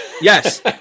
Yes